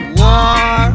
war